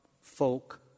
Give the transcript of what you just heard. folk